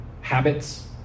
Habits